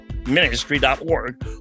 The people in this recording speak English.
ministry.org